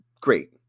Great